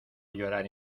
llorar